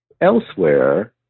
elsewhere